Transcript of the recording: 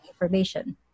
information